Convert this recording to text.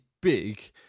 big